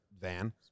van